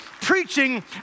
preaching